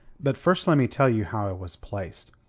but first let me tell you how i was placed.